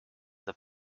the